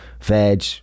veg